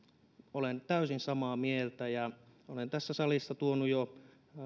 olen täysin samaa mieltä ja olen tässä salissa tuonut jo